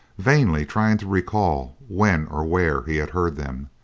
vainly trying to recall when or where he had heard them.